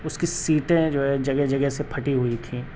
اس کی سیٹیں جو ہے جگہ جگہ سے پھٹی ہوئی تھیں